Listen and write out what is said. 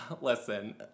listen